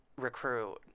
recruit